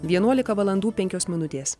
vienuolika valandų penkios minutės